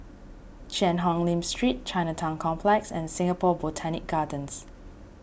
Cheang Hong Lim Street Chinatown Complex and Singapore Botanic Gardens